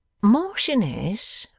marchioness,